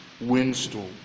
windstorm